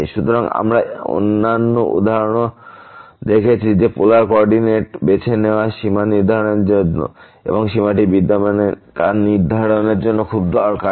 সুতরাং আমরা অন্যান্য উদাহরণও দেখেছি যে পোলার কো অর্ডিনেট বেছে নেওয়া সীমা নির্ধারণের জন্য এবং সীমাটি বিদ্যমান নেই তা নির্ধারণের জন্য খুব দরকারী